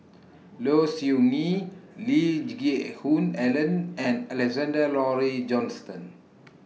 Low Siew Nghee Lee Geck Hoon Ellen and Alexander Laurie Johnston